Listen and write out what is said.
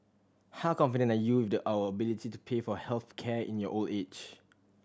how confident are you with our ability to pay for health care in your old age